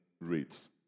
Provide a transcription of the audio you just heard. rates